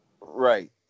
Right